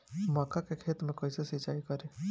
मका के खेत मे कैसे सिचाई करी?